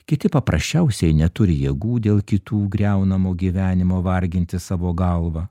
kiti paprasčiausiai neturi jėgų dėl kitų griaunamo gyvenimo varginti savo galvą